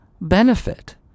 benefit